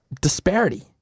disparity